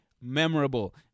memorable